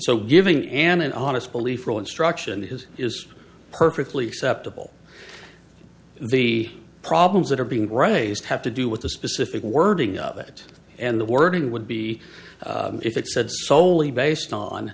so giving an honest belief instruction his is perfectly acceptable the problems that are being right have to do with the specific wording of it and the wording would be if it said solely based on